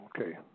Okay